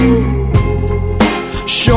Show